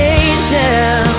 angel